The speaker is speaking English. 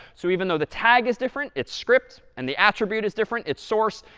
so even though the tag is different, it's scripts, and the attribute is different. it's source.